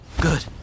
Good